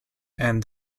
and